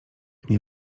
nie